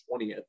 20th